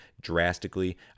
drastically